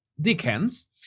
Dickens